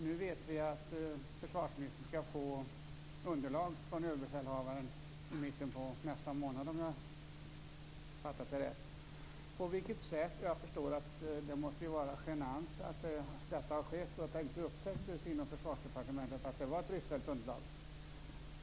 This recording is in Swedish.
Nu vet vi att försvarsministern skall få underlag från överbefälhavaren i mitten på nästa månad, om jag har fattat det rätt. Jag förstår att det som har skett måste vara genant och att Försvarsdepartementet inte upptäckte att det var ett bristfälligt underlag.